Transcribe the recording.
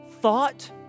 thought